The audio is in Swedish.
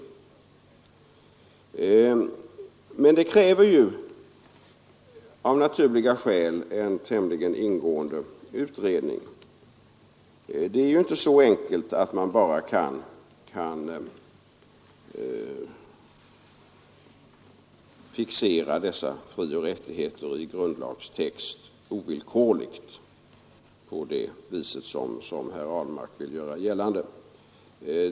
Men det kräver av naturliga skäl en tämligen ingående utredning. Det är ju inte så enkelt som att bara fixera dessa frioch rättigheter i grundlagstext ovillkorligt på det vis som herr Ahlmark vill göra gällande.